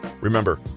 Remember